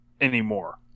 anymore